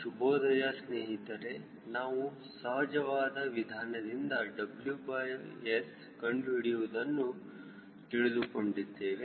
ಶುಭೋದಯ ಸ್ನೇಹಿತರೆ ನಾವು ಸಹಜವಾದ ವಿಧಾನದಿಂದ WS ಕಂಡುಹಿಡಿಯುವುದನ್ನು ತಿಳಿದುಕೊಂಡಿದ್ದೇವೆ